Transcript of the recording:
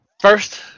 first